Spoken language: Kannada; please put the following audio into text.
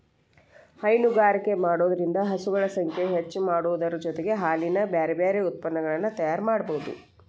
ಹೈನುಗಾರಿಕೆ ಮಾಡೋದ್ರಿಂದ ಹಸುಗಳ ಸಂಖ್ಯೆ ಹೆಚ್ಚಾಮಾಡೋದರ ಜೊತೆಗೆ ಹಾಲಿನ ಬ್ಯಾರಬ್ಯಾರೇ ಉತ್ಪನಗಳನ್ನ ತಯಾರ್ ಮಾಡ್ಬಹುದು